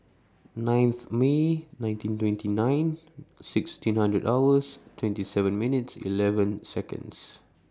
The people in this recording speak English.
ninth May nineteen twenty nine sixteen hundred hours twenty seven minutes eleven Seconds